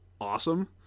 awesome